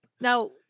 Now-